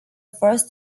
first